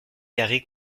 carré